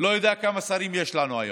לא יודע כמה שרים יש לנו היום.